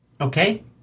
Okay